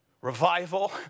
revival